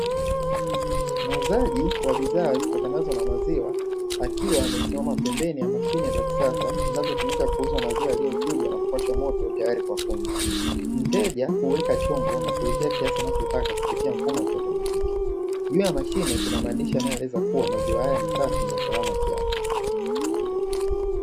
Muuzaji wa bidhaa zitokanazo na maziwa akiwa amesimama pembeni ya mashine za kisasa zinazotumika kuhusu maziwa yaliyochujwa na kupashwa moto tayari kwa kunywa, mteja huweka chombo na kuitia kiasi anachotaka kupitia mfumo wa kiota matiki juu ya mashine kuna maandishi yanayoeleza kuwa maziwa haya ni safi na salama kiafya.